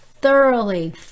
thoroughly